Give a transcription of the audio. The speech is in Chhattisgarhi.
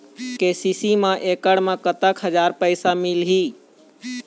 के.सी.सी मा एकड़ मा कतक हजार पैसा मिलेल?